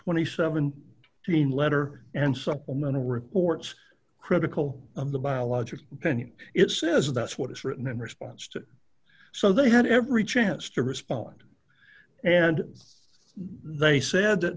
twenty seven dollars team letter and supplemental reports critical of the biologic pending it says that's what is written in response to so they had every chance to respond and they said that